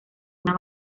una